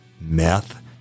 meth